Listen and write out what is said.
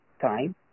time